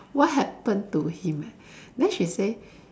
what happened to him then she say